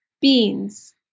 beans